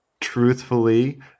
truthfully